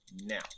now